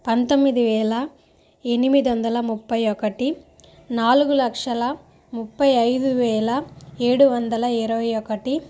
పంతొమ్మిది వేల ఎనిమిది వందల ముప్పై ఒకటి నాలుగు లక్షల ముప్పై ఐదు వేల ఏడు వందల ఇరవై ఒకటి